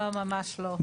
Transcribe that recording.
לא, ממש לא.